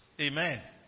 Amen